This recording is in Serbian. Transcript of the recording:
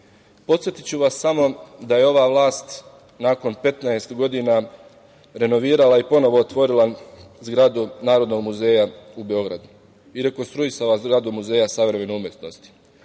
države. Podsetiću vas samo da je ova vlast nakon 15 godina renovirala i ponovo otvorila zgradu Narodnog muzeja u Beogradu i rekonstruisala zgradu Muzeja savremene umetnosti.